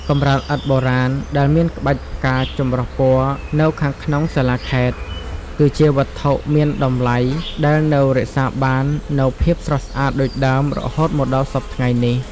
កម្រាលឥដ្ឋបុរាណដែលមានក្បាច់ផ្កាចម្រុះពណ៌នៅខាងក្នុងសាលាខេត្ត គឺជាវត្ថុមានតម្លៃដែលនៅរក្សាបាននូវភាពស្រស់ស្អាតដូចដើម រហូតមកដល់សព្វថ្ងៃនេះ។